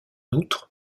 outre